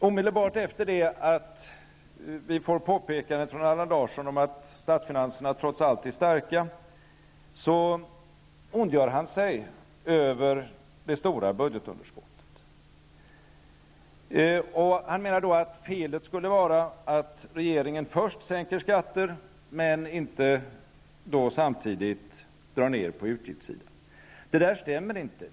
Omedelbart efter det att vi har fått påpekandet från Allan Larsson om att statsfinanserna trots allt är starka, ondgör han sig över det stora budgetunderskottet. Han menar att felet skulle vara att regeringen sänker skatter men inte samtidigt drar ned på utgiftssidan. Detta stämmer inte.